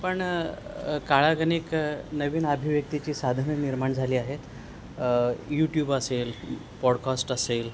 पण कालगणिक नवीन अभिव्यक्तीची साधने निर्माण झाली आहेत यूट्यूब असेल पॉडकास्ट असेल